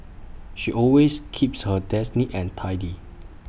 she always keeps her desk neat and tidy